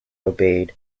obeyed